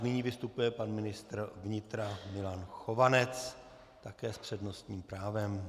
Nyní vystupuje pan ministr vnitra Milan Chovanec, také s přednostním právem.